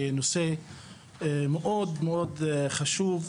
בנושא מאוד מאוד חשוב,